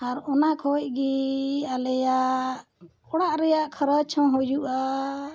ᱟᱨ ᱚᱱᱟ ᱠᱷᱚᱱ ᱜᱮ ᱟᱞᱮᱭᱟᱜ ᱚᱲᱟᱜ ᱨᱮᱱᱟᱜ ᱠᱷᱚᱨᱚᱪ ᱦᱚᱸ ᱦᱩᱭᱩᱜᱼᱟ